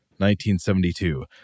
1972